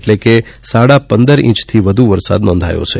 એટલે કે સાડા પંદર ઇંચથી વધુ વરસાદ નોંધાયો છે